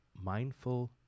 mindful